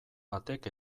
batek